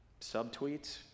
subtweets